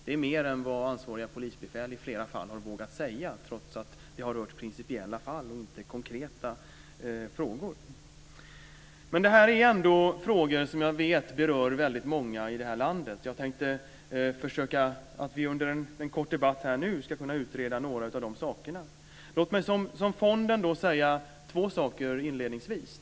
Det är mer än vad ansvariga polisbefäl i flera fall har vågat säga, trots att det har rört principiella fall och inte konkreta frågor. Det här är ändå frågor som jag vet berör väldigt många i det här landet. Jag tänkte att vi under en kort debatt här nu skulle försöka utreda några av de sakerna. Låt mig som fond säga två saker inledningsvis.